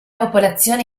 popolazione